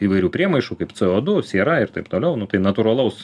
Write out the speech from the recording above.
įvairių priemaišų kaip c o du siera ir taip toliau nu tai natūralaus